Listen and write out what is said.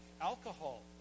alcohol